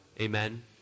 Amen